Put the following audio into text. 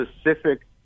specific